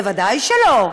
ודאי שלא.